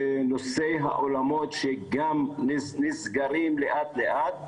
בנושא האולמות שגם נסגרים לאט לאט,